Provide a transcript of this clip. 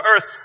earth